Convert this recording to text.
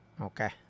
Okay